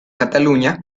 cataluña